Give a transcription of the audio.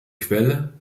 quelle